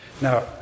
Now